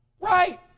Right